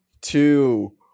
two